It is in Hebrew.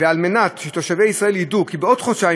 כדי שתושבי ישראל ידעו כי בעוד חודשיים,